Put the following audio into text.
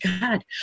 God